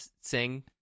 sing